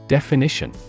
Definition